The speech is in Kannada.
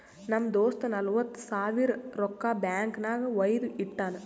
ನಮ್ ದೋಸ್ತ ನಲ್ವತ್ ಸಾವಿರ ರೊಕ್ಕಾ ಬ್ಯಾಂಕ್ ನಾಗ್ ವೈದು ಇಟ್ಟಾನ್